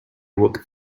walk